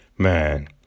Man